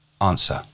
Answer